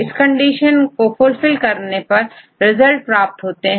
इस कंडीशन को फुलफिल करने पर रिजल्ट प्राप्त होते हैं